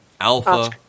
Alpha